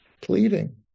pleading